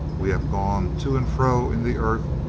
we have gone to and fro in the earth,